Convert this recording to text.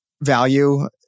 value